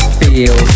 feel